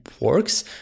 works